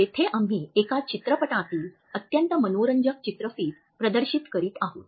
येथे आम्ही एका चित्रपटातील अत्यंत मनोरंजक चित्रफित प्रदर्शित करीत आहोत